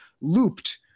looped